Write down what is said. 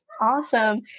Awesome